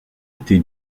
été